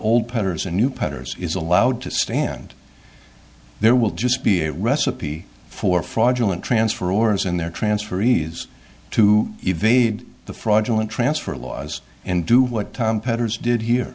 putters a new putters is allowed to stand there will just be a recipe for fraudulent transfer or as in their transfer ease to evade the fraudulent transfer laws and do what tom petters did he